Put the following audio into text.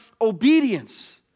obedience